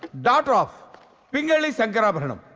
daughter of pingelli shankarabaranam!